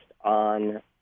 on